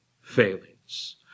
failings